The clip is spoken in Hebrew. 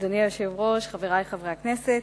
אדוני היושב-ראש, חברי חברי הכנסת,